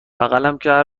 کردو